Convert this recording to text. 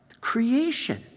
creation